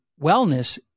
wellness